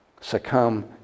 succumb